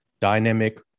dynamic